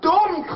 Dumb